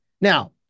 Now